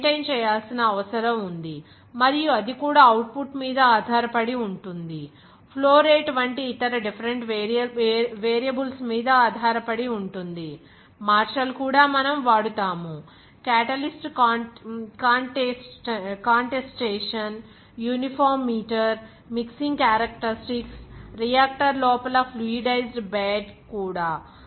మీరు మైంటైన్ చేయాల్సిన అవసరం ఉంది మరియు అది కూడా అవుట్పుట్ మీద ఆధారపడి ఉంటుంది ఫ్లో రేటు వంటి ఇతర డిఫరెంట్ వేరియబుల్స్ మీద ఆధారపడి ఉంటుంది మార్షల్ కూడా మనం వాడతాము catalyst contestation uniform meter mixing characteristics reactor లోపల ఫ్లూయిడిజ్డ్ బెడ్ కూడా